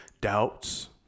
doubts